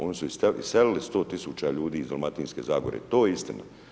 Oni su iselili 100 tisuća ljudi iz Dalmatinske zagore to je istina.